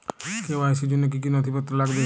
KYC র জন্য কি কি নথিপত্র লাগবে?